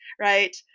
right